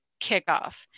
kickoff